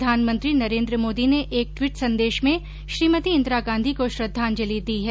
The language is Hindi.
प्रधानमंत्री नरेंद्र मोदी ने एक ट्वीट संदेश में श्रीमती इंदिरा गांधी को श्रद्धांजलि दी है